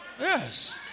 Yes